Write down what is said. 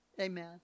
Amen